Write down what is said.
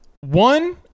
one